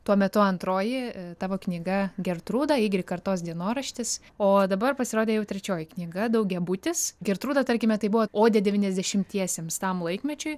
tuo metu antroji tavo knyga gertrūda ygrik kartos dienoraštis o dabar pasirodė jau trečioji knyga daugiabutis gertrūda tarkime tai buvo odė devyniasdešimtiesiems tam laikmečiui